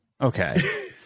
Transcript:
Okay